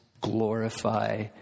glorify